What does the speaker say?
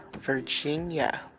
Virginia